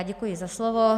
Děkuji za slovo.